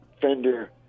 Fender